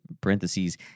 parentheses